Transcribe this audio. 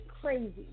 crazy